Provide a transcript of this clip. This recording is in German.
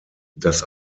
das